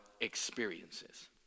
experiences